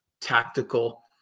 tactical